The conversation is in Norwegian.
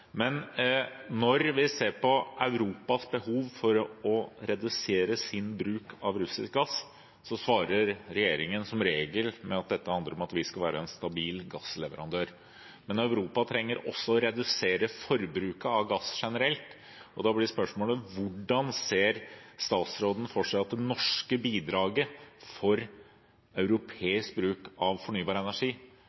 Men når vi ser på Europas behov for å redusere sin bruk av russisk gass, svarer regjeringen som regel med at dette handler om at vi skal være en stabil gassleverandør. Men Europa trenger også å redusere forbruket av gass generelt, og da blir spørsmålet hvordan statsråden ser for seg at det norske bidraget for